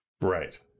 Right